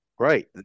Right